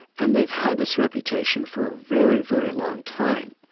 and they've had this reputation for a very, very long time.